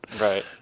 right